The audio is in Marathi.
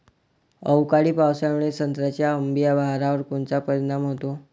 अवकाळी पावसामुळे संत्र्याच्या अंबीया बहारावर कोनचा परिणाम होतो?